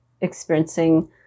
experiencing